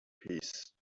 piece